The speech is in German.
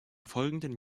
folgenden